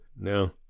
No